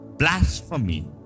Blasphemy